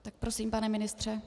Tak prosím, pane ministře.